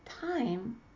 time